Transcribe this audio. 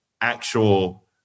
actual